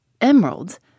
Emeralds